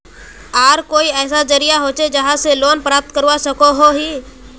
आर कोई ऐसा जरिया होचे जहा से लोन प्राप्त करवा सकोहो ही?